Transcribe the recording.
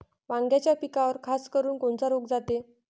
वांग्याच्या पिकावर खासकरुन कोनचा रोग जाते?